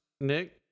Nick